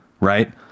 right